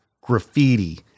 graffiti